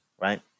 right